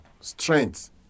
Strength